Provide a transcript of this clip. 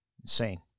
insane